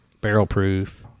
barrel-proof